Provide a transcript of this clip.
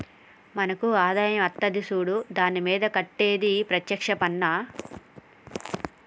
మనకు ఆదాయం అత్తది సూడు దాని మీద కట్టేది ప్రత్యేక్ష పన్నా